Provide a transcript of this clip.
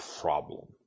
problem